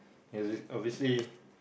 every obviously